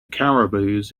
caribous